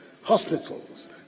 hospitals